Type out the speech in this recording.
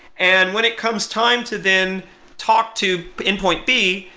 and when it comes time to then talk to in point b,